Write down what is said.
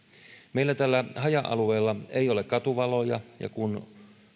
meillä täällä haja alueella ei ole katuvaloja ja kun